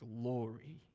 glory